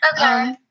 Okay